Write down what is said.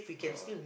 yeah